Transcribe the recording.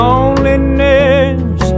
Loneliness